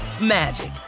magic